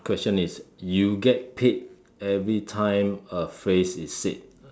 question is you get paid every time a phrase is said